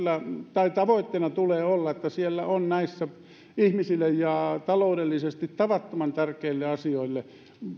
tavoitteena tulee olla että on ihmisille tärkeille ja taloudellisesti tavattoman tärkeille asioille